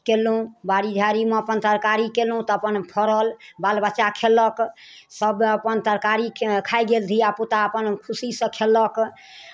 कयलहुँ बाड़ी झाड़ीमे अपन तरकारी कयलहुँ तऽ अपन फड़ल बाल बच्चा खयलक सभ अपन तरकारी खाए गेल धियापुता अपन खुशीसँ खयलक